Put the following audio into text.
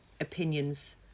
opinions